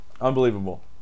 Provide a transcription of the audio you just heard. Unbelievable